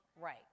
Right